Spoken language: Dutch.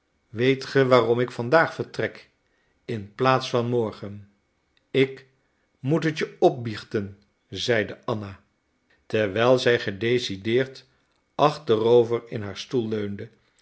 weet ge waarom ik vandaag vertrek in plaats van morgen ik moet het je opbiechten zeide anna terwijl zij gedecideerd achterover in haar stoel